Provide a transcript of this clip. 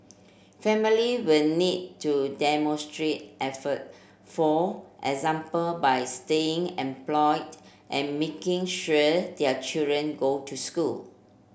family will need to demonstrate effort for example by staying employed and making sure their children go to school